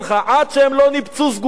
עד שהם לא ניפצו זגוגיות,